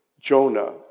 Jonah